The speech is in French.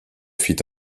fit